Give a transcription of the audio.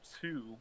two